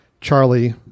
Charlie